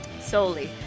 solely